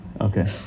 Okay